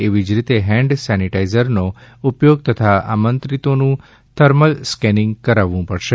એવી જ રીતે ફેન્ડ સેનિટાઈઝરનો ઉપયોગ તથા આમંત્રિતોનું થર્મલ સ્કેનિંગ કરાવવું પડશે